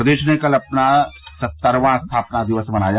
प्रदेश ने कल अपना सत्तरवां स्थापना दिवस मनाया